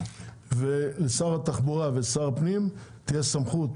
ולשר התחבורה ולשר הפנים תהיה סמכות